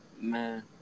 man